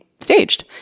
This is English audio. staged